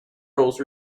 roles